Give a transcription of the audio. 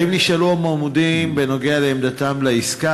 רצוני לשאול: 1. האם נשאלו המועמדים בנוגע לעמדתם לעסקה?